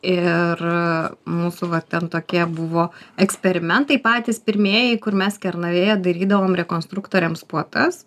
ir mūsų va ten tokie buvo eksperimentai patys pirmieji kur mes kernavėje darydavom rekonstruktoriams puotas